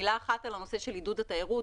מילה אחת על הנושא של עידוד התיירות.